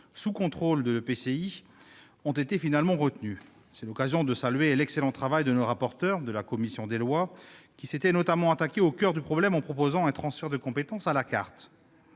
sous contrôle de l'EPCI, aient été finalement retenues. C'est l'occasion de saluer l'excellent travail de nos rapporteurs de la commission des lois, qui s'étaient notamment attaqués au coeur du problème en proposant un transfert de compétences « à la carte